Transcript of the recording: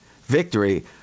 Victory